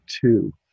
two